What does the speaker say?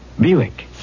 Buick